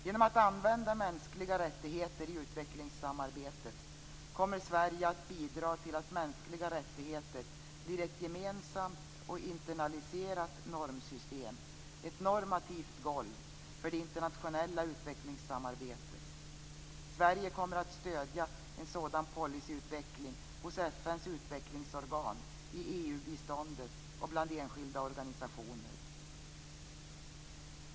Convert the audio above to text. Genom att använda mänskliga rättigheter i utvecklingssamarbetet kommer Sverige att bidra till att mänskliga rättigheter blir ett gemensamt och internaliserat normsystem, ett normativt golv för det internationella utvecklingssamarbetet. Sverige kommer att stödja en sådan policyutveckling hos FN:s utvecklingsorgan, i EU-biståndet och bland enskilda organisationer.